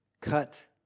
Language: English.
Cut